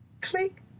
Click